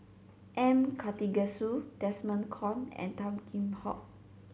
M Karthigesu Desmond Kon and Tan Kheam Hock